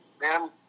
man